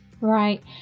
Right